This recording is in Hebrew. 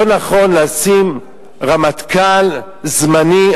לא נכון לשים רמטכ"ל זמני.